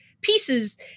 pieces